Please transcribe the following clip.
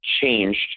changed